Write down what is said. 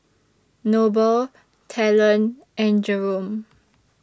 Noble Talon and Jerome